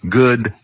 good